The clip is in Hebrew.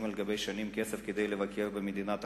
על שנים הם אוספים כסף כדי לבקר בארץ הקודש.